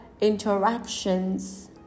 interactions